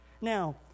Now